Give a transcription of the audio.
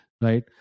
right